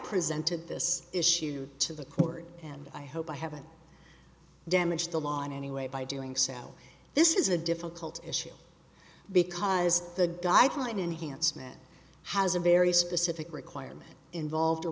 presented this issue to the court and i hope i haven't damage the law in any way by doing sound this is a difficult issue because the guideline inhance med has a very specific requirement involved